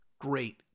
great